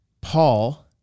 Paul